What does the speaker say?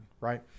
right